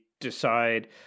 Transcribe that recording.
decide